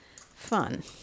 fun